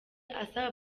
asaba